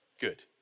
good